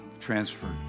transferred